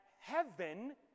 heaven